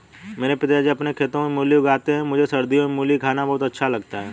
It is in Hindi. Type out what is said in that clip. मेरे पिताजी अपने खेतों में मूली उगाते हैं मुझे सर्दियों में मूली खाना बहुत अच्छा लगता है